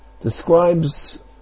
describes